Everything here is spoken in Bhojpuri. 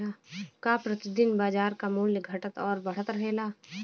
का प्रति दिन बाजार क मूल्य घटत और बढ़त रहेला?